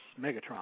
Megatron